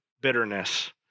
bitterness